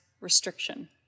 restriction